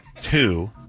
two